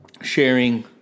sharing